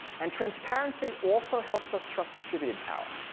and transparency also helps us trust distributed power.